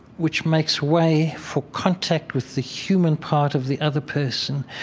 which makes way for contact with the human part of the other person.